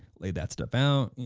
lay that stuff out, you